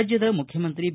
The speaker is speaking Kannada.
ರಾಜ್ಯದ ಮುಖ್ಯಮಂತ್ರಿ ಬಿ